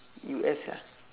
U_S lah